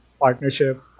partnership